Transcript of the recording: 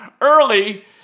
early